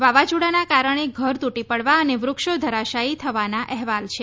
વાવાઝોડાના કારણે ઘર તુટી પડવા અને વૃક્ષો ધરાશાયી થવાના અહેવાલ છે